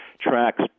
tracks